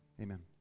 Amen